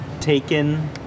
taken